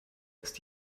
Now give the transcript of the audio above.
ist